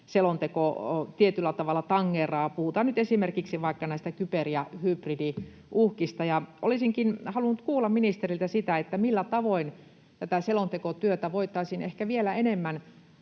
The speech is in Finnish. selonteko tietyllä tavalla tangeeraa, puhutaan nyt esimerkiksi vaikka näistä kyber- ja hybridiuhkista. Olisinkin halunnut kuulla ministeriltä siitä, millä tavoin tätä selontekotyötä voitaisiin ehkä vielä enemmän